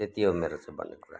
त्यति हो मेरो चाहिँ भन्ने कुरा